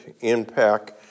impact